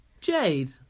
Jade